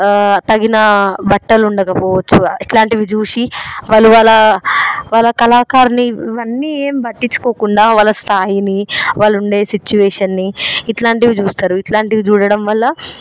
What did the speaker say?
తగిన బట్టలు ఉండకపోవచ్చు అట్లాంటివి చూసి వాళ్ళు వాళ్ళ వాళ్ళ కళాకారుని ఇవన్నీ ఎం పట్టిచ్చుకోకుండా వాళ్ళ స్థాయిని వాళ్ళుఉండే సిట్యుయేషన్ని ఇట్లాంటివి చూస్తారు ఇట్లాంటివి చూడడం వల్ల